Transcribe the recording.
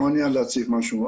אני מעוניין להציג משהו.